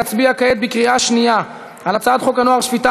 להצביע כעת בקריאה שנייה על הצעת חוק הנוער (שפיטה,